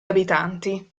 abitanti